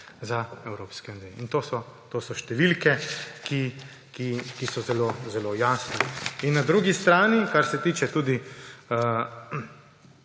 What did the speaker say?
za Evropsko unijo. To so številke, ki so zelo jasne. Na drugi strani, kar se tiče